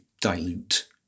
dilute